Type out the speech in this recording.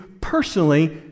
personally